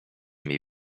mniej